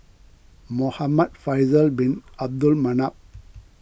Muhamad Faisal Bin Abdul Manap